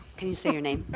can you say your name?